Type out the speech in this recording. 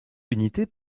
unités